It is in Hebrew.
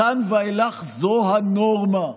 מכאן ואילך זו הנורמה,